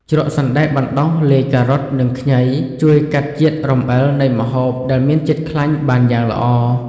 ជ្រក់សណ្តែកបណ្តុះលាយការ៉ុត និងខ្ញី ជួយកាត់ជាតិរំអិលនៃម្ហូបដែលមានជាតិខ្លាញ់បានយ៉ាងល្អ។